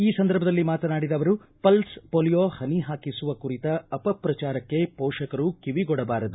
ಈ ಸಂದರ್ಭದಲ್ಲಿ ಮಾತನಾಡಿದ ಅವರು ಪಲ್ಸ್ ಪೊಲಿಯೋ ಹಾಕಿಸುವ ಕುರಿತ ಅಪಪ್ರಚಾರಕ್ಕೆ ಪೋಷಕರು ಕಿವಿಗೊಡಬಾರದು